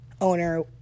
owner